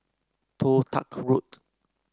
Toh Tuck Road